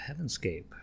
Heavenscape